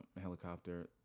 helicopter